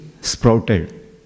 sprouted